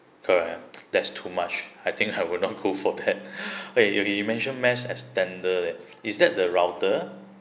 correct that's too much I think I will not go for that wait you you mention mesh extender is that the router